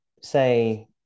say